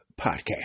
podcast